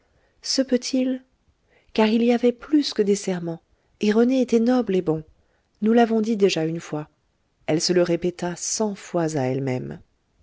se peut-il car il y avait plus que des serments et rené était noble et bon nous l'avons dit déjà une fois elle se le répéta cent fois à elle-même